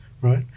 right